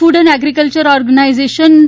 food and agriculture organization F